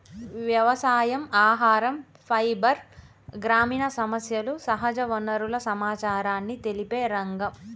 వ్యవసాయం, ఆహరం, ఫైబర్, గ్రామీణ సమస్యలు, సహజ వనరుల సమచారాన్ని తెలిపే రంగం